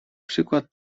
przykład